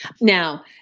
Now